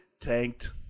Tanked